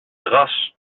terras